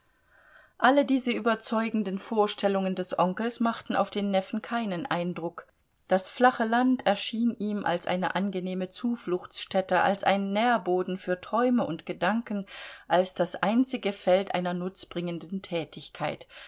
alle diese überzeugenden vorstellungen des onkels machten auf den neffen keinen eindruck das flache land erschien ihm als eine angenehme zufluchtsstätte als ein nährboden für träume und gedanken als das einzige feld einer nutzbringenden tätigkeit